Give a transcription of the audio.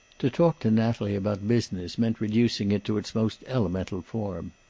to talk to natalie about business meant reducing it to its most elemental form.